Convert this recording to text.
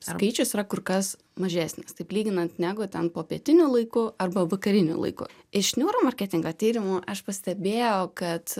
skaičius yra kur kas mažesnis taip lyginant negu ten popietiniu laiku arba vakariniu laiku iš neuromarketingo tyrimų aš pastebėjau kad